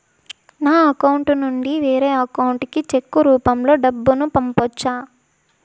నా అకౌంట్ నుండి వేరే అకౌంట్ కి చెక్కు రూపం లో డబ్బును పంపొచ్చా?